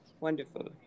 Wonderful